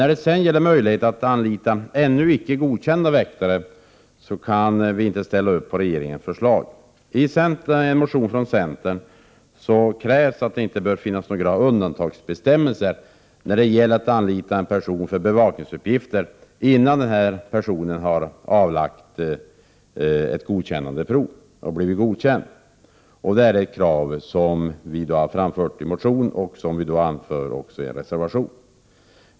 När det sedan gäller möjligheten att anlita ännu icke godkända väktare kan vi inte ställa upp på regeringens förslag. I en motion från centern krävs att det inte skall finnas någon undantagsbestämmelse när det gäller att anlita en person för bevakningsuppgifter innan denne avlagt ett prov och blivit godkänd. Detta är ett krav som vi framfört i en motion och som vi också tagit upp i en reservation.